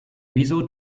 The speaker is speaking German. wieso